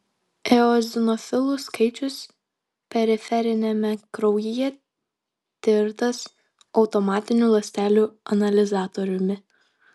eozinofilų skaičius periferiniame kraujyje tirtas automatiniu ląstelių analizatoriumi